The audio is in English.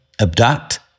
abduct